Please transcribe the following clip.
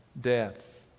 death